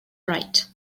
right